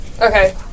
Okay